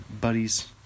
buddies